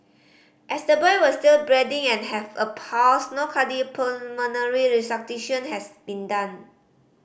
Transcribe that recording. as the boy was still breathing and have a pulse no cardiopulmonary resuscitation has been done